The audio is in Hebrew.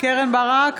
קרן ברק,